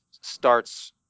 starts